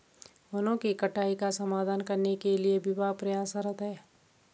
वनों की कटाई का समाधान करने के लिए विभाग प्रयासरत है